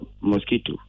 mosquito